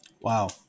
Wow